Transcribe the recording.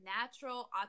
natural